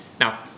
Now